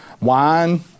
wine